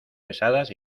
pesadas